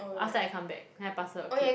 after I come back then I pass her clothes